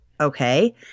okay